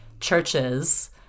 churches